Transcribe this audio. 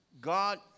God